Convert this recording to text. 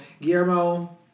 Guillermo